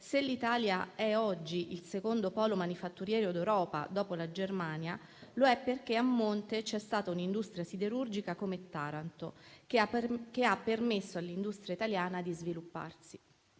se l'Italia è oggi il secondo polo manifatturiero d'Europa dopo la Germania, lo è perché a monte c'è stata un'industria siderurgica come Taranto, che ha permesso all'industria italiana di svilupparsi.